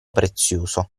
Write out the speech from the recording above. prezioso